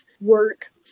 work